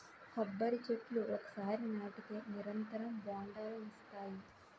కొబ్బరి చెట్లు ఒకసారి నాటితే నిరంతరం బొండాలనిస్తాయి